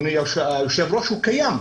הוא קיים.